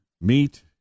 meat